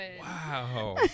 Wow